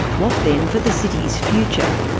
what then for the city's future?